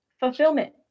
fulfillment